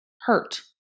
hurt